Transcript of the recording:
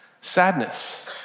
sadness